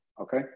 okay